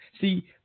see